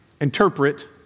interpret